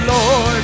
Lord